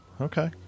okay